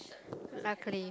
luckily